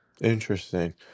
Interesting